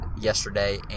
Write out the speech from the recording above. yesterday